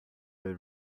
will